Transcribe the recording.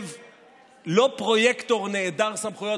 יושב לא פרויקטור נעדר סמכויות.